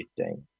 15